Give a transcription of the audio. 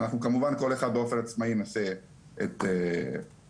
כמובן כל אחד באופן עצמאי ינסה את כוחו